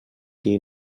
qui